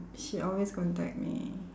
she always contact me